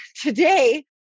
today